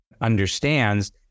understands